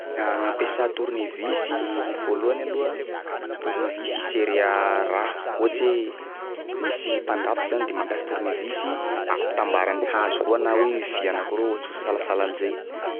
Gn'ampiasÃ tournevisy, voalohany aloha tournevis iserrea raha, ohatsy hoe misy mpandrafitsy zany de mampiasa tournevisy mba hampitambarany hazo roa na hoe vy anankiroa ohatry sahasahala am'zay.